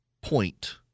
point